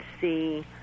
see